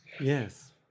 Yes